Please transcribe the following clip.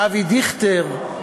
אבי דיכטר,